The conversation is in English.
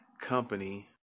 Company